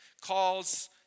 calls